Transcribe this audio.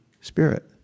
spirit